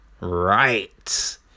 Right